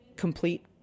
complete